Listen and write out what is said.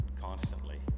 constantly